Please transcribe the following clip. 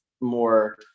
more